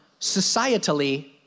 societally